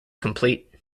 complete